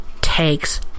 takes